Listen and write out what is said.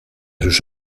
sus